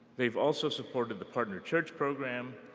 they have also supported the partner church program,